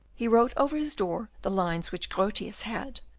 he wrote over his door the lines which grotius had,